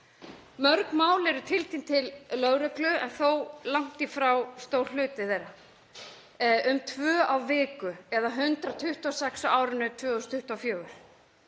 Mörg mál eru tilkynnt til lögreglu en þó langt í frá stór hluti þeirra, um tvö á viku eða 126 á árinu 2024.